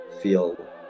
feel